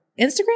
Instagram